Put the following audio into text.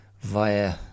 via